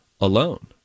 alone